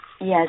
Yes